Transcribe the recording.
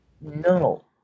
No